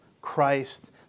Christ